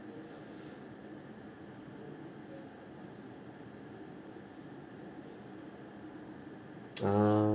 uh